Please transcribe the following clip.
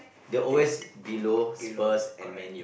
they always below Spurs and Man-U